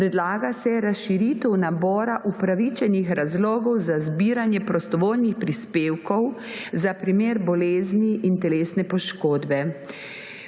predlaga se razširitev nabora upravičenih razlogov za zbiranje prostovoljnih prispevkov za primer bolezni in telesne poškodbe.